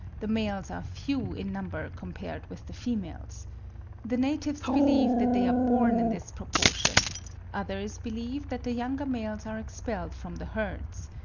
the males are few in number compared with the females the natives believe that they are born in this proportion others believe that the younger males are expelled from the herds,